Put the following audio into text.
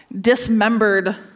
dismembered